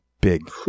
Big